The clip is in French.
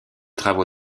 travaux